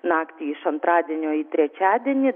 naktį iš antradienio į trečiadienį